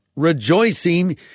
rejoicing